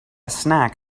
snack